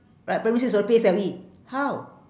right primary six got the P_S_L_E how